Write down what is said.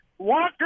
Walker